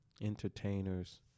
entertainers